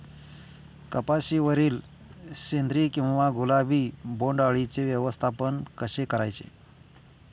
कपाशिवरील शेंदरी किंवा गुलाबी बोंडअळीचे व्यवस्थापन कसे करायचे?